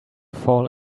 fall